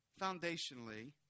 Foundationally